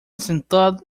sentado